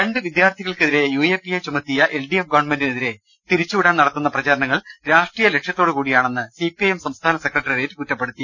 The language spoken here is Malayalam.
രണ്ട് വിദ്യാർത്ഥിക്കൾക്കെതിരെ യു എ പി എ ചുമത്തിയത് എൽ ഡി എഫ് ഗവൺമെന്റിനെതിരെ തിരിച്ചുവിടാൻ നടത്തുന്ന പ്രചരണങ്ങൾ രാഷ്ട്രീയ ലക്ഷ്യത്തോടുകൂടിയാണെന്ന് സി പി ഐ എം സംസ്ഥാന സെക്രട്ടേറിയറ്റ് കുറ്റപ്പെ ടുത്തി